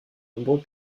nombreux